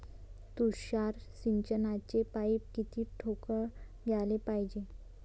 तुषार सिंचनाचे पाइप किती ठोकळ घ्याले पायजे?